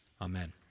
Amen